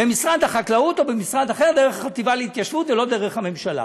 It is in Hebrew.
במשרד החקלאות או במשרד אחר דרך החטיבה להתיישבות ולא דרך הממשלה.